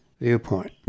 viewpoint